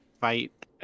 fight